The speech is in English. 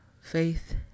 faith